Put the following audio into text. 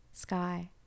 sky